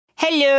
Hello